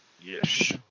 Yes